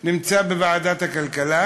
נמצא בוועדת הכלכלה,